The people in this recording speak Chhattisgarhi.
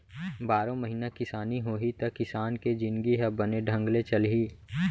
बारो महिना किसानी होही त किसान के जिनगी ह बने ढंग ले चलही